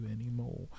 anymore